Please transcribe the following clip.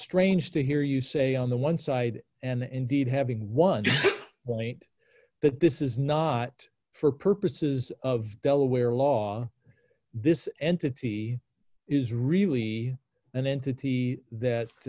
strange to hear you say on the one side and indeed having one point that this is not for purposes of delaware law this entity is really an entity